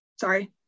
sorry